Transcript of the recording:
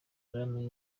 porogaramu